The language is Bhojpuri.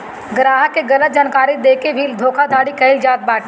ग्राहक के गलत जानकारी देके के भी धोखाधड़ी कईल जात बाटे